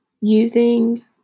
using